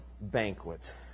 banquet